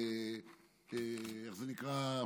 איך זה נקרא,